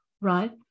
right